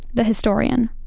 the historian.